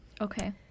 Okay